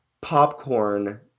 popcorn